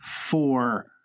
four